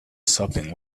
sopping